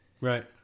Right